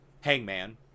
hangman